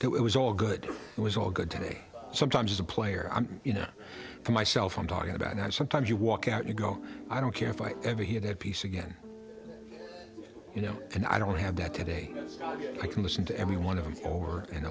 it was all good it was all good today sometimes as a player you know for myself i'm talking about i sometimes you walk out you go i don't care if i ever hear that piece again you know and i don't have that today i can listen to every one of them for an